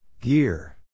Gear